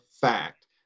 fact